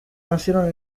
nacieron